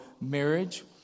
marriage